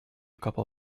couple